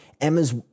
Emma's